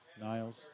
Niles